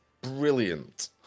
brilliant